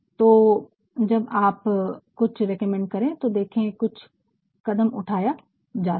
तो जब आप कुछ रेकमेंड करे तो देखे कि कुछ कदम उठाया जा सके